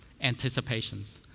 anticipations